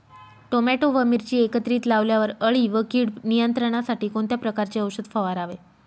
Tomato व मिरची एकत्रित लावल्यावर अळी व कीड नियंत्रणासाठी कोणत्या प्रकारचे औषध फवारावे?